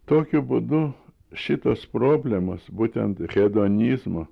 tokiu būdu šitas problemas būtent hedonizmo